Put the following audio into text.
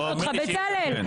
בצלאל,